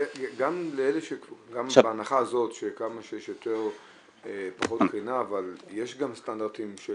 אבל גם בהנחה הזאת שכמה שיש יותר יש פחות קרינה אבל יש גם סטנדרטים של